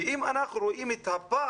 אם אנחנו רואים את הפער,